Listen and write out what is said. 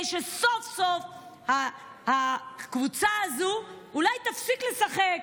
שסוף-סוף הקבוצה הזו אולי תפסיק לשחק.